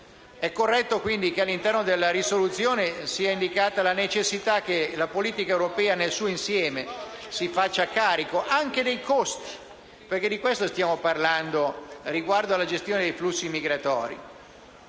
corretto che, all'interno della risoluzione, sia indicata la necessità che la politica europea nel suo insieme si faccia carico anche dei costi riguardo alla gestione dei flussi migratori.